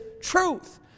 truth